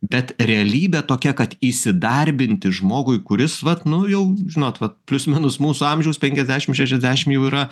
bet realybė tokia kad įsidarbinti žmogui kuris vat nu jau žinot vat plius minus mūsų amžiaus penkiasdešimt šešiasdešimt jau yra